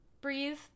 breathe